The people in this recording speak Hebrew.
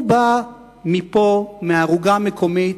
הוא בא מפה, מערוגה מקומית,